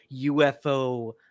UFO